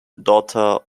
daughter